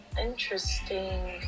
Interesting